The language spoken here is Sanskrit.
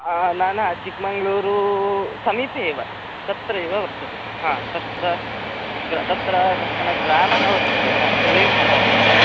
न न चिक्मङ्ग्ळूरु समीपे एव तत्रेव वर्तते तत्र ग् तत्र कश्चन ग्रामः वर्तते ग्रामः प्रदेशः तत्र